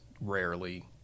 rarely